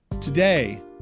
today